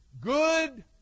good